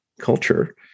culture